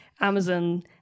amazon